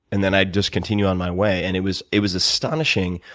and then i'd just continue on my way. and it was it was astonishing.